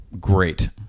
great